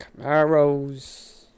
Camaros